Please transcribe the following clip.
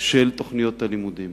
של תוכניות הלימודים.